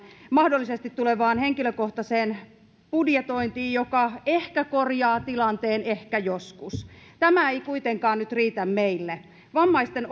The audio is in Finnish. mahdollisesti tulevaan henkilökohtaiseen budjetointiin joka ehkä korjaa tilanteen ehkä joskus tämä ei kuitenkaan nyt riitä meille vammaisten